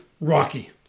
Rocky